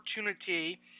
opportunity